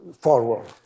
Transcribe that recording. forward